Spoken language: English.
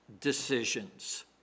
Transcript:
decisions